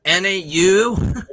NAU